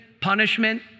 punishment